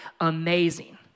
amazing